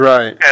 Right